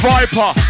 Viper